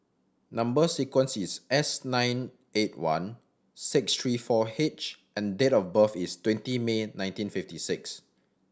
number sequence is S nine eight one six three four H and date of birth is twenty May nineteen fifty six